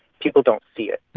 people don't see it.